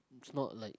it's not like